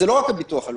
זה לא רק הביטוח הלאומי.